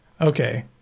Okay